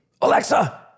Alexa